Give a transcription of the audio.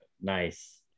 nice